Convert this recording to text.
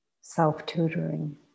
self-tutoring